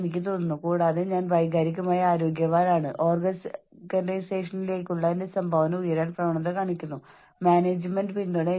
എങ്ങനെയാണ് ഞാൻ ചെയ്യുന്നത് എന്റെ ജോലിയെ അല്ലെങ്കിൽ ഓർഗനൈസേഷനിലെ എന്റെ സ്ഥാനത്തെ അല്ലെങ്കിൽ ഓർഗനൈസേഷനിലെ എന്റെ പ്രാധാന്യത്തെ ബാധിക്കും എന്ന ചിന്ത നമ്മെ സമ്മർദ്ദത്തിലാക്കുന്നു